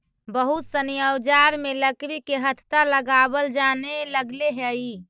बहुत सनी औजार में लकड़ी के हत्था लगावल जानए लगले हई